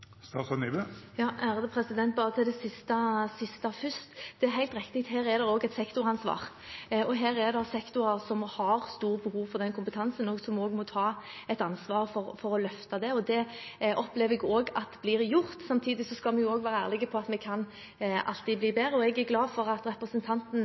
Til det siste først: Det er helt riktig, her er det også et sektoransvar, og her er det sektorer som har stort behov for den kompetansen, som må ta et ansvar for å løfte det, og det opplever jeg også at blir gjort. Samtidig skal vi være ærlige på at vi alltid kan